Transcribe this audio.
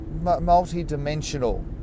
multi-dimensional